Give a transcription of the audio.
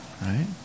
Right